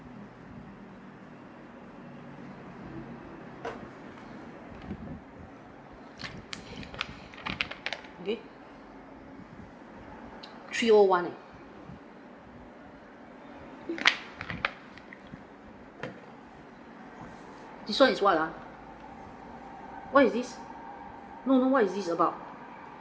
eh three O one eh this [one] is what ah what is this no no what is this about